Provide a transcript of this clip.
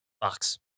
box